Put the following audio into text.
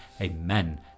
amen